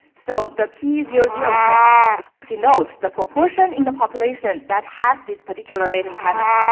so, the p zero zero just denotes the proportion in the population that has this particular latent pattern.